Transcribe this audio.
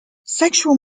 sexual